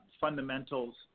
fundamentals